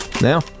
Now